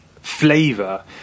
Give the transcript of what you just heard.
flavor